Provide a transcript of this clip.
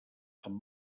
amb